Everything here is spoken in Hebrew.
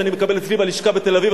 שאני מקבל אצלי בלשכה בתל-אביב.